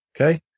Okay